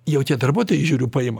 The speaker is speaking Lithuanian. jau tie darbuotojai žiūriu paima